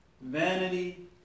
vanity